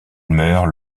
meurt